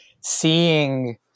seeing